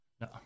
No